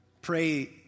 Pray